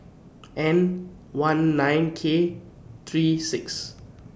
N one nine K three six